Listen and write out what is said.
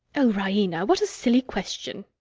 oh, raina, what a silly question!